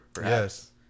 yes